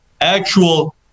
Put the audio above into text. actual